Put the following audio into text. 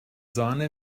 sahne